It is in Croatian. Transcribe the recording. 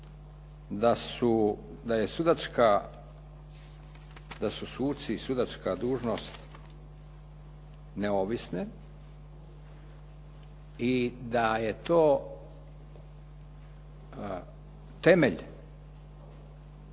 da su suci i sudačka dužnost neovisne i da je to temelj